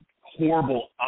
horrible